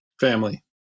Family